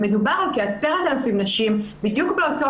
ומדובר על כ-10,000 נשים בדיוק באותו